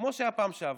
כמו שהייתה בפעם שעברה,